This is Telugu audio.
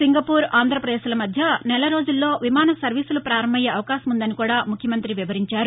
సింగపూర్ ఆంధ్రపదేశ్ల మధ్య నెలరోజులలో విమాన సర్వీసులు ప్రారంభమయ్యే అవకాశం ఉందని కూడా ముఖ్యమంత్రి వివరించారు